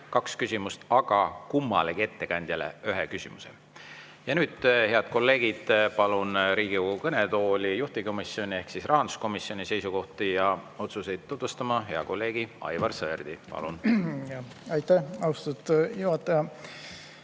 kaks küsimust, aga kummalegi ettekandjale üks küsimus. Ja nüüd, head kolleegid, palun Riigikogu kõnetooli juhtivkomisjoni ehk siis rahanduskomisjoni seisukohti ja otsuseid tutvustama hea kolleegi Aivar Sõerdi. Palun! Suur tänu, lugupeetud